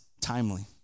timely